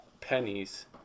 pennies